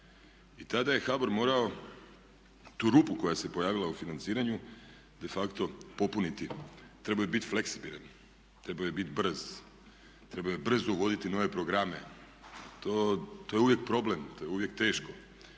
I tada je HBOR mora, tu rupu koja se pojavila u financiranju defacto popuniti, trebao je biti fleksibilan, trebao je biti brz, trebao je brzo uvoditi nove programe, to je uvijek problem, to je uvijek teško.